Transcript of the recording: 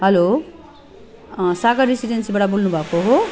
hello Sagar रेसिडेन्सीबाट बोल्नुभएको हो